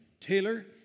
Taylor